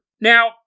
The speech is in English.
Now